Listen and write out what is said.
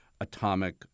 atomic